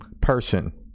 person